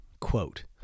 quote